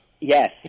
Yes